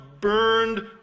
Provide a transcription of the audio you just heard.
burned